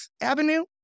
Avenue